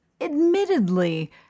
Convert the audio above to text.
admittedly